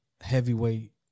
heavyweight